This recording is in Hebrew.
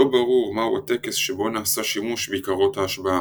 לא ברור מהו הטקס שבו נעשה שימוש בקערות ההשבעה,